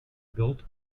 built